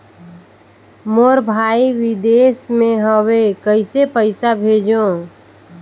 मोर भाई विदेश मे हवे कइसे पईसा भेजो?